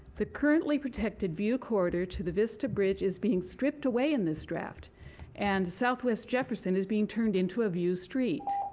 the currently protected view corridor to the vista bridge is being stripped away in this draft and southwest jefferson being turned into a view street.